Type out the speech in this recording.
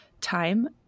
time